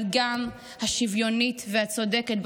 אבל גם השוויונית והצודקת,